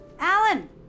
Alan